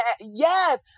yes